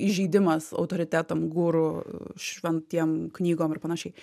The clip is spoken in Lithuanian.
įžeidimas autoritetam guru šventiem knygom ir panašiai